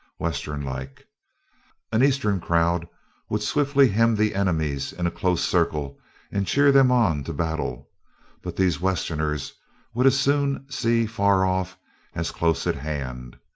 westernlike. an eastern crowd would swiftly hem the enemies in a close circle and cheer them on to battle but these westerners would as soon see far off as close at hand.